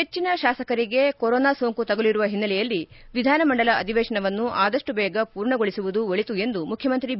ಹೆಚ್ಚನ ಶಾಸಕರಿಗೆ ಕೊರೋನಾ ಸೋಂಕು ತಗುಲಿರುವ ಹಿನ್ನೆಲೆಯಲ್ಲಿ ವಿಧಾನಮಂಡಲ ಅಧಿವೇಶನವನ್ನು ಆದಷ್ಟು ಬೇಗ ಪೂರ್ಣಗೊಳಿಸುವುದು ಒಳಿತು ಎಂದು ಮುಖ್ಯಮಂತ್ರಿ ಬಿ